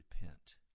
repent